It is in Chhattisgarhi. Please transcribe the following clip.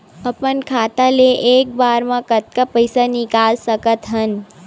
अपन खाता ले एक बार मा कतका पईसा निकाल सकत हन?